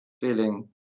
feeling